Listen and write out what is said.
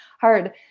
hard